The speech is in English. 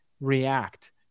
react